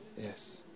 Yes